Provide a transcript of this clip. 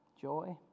Joy